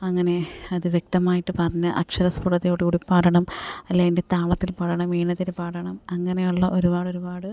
അങ്ങനേ അതു വ്യക്തമായിട്ടു പറഞ്ഞ് അക്ഷര സ്ഫുടതയോടു കൂടി പാടണം അല്ലേ അതിൻ്റെ താളത്തിൽപ്പാടണം ഈണത്തിൽപ്പാടണം അങ്ങനെയുള്ള ഒരുപാടൊരുപാട്